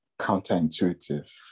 counterintuitive